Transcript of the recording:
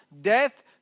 death